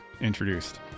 introduced